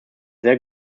sehr